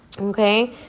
Okay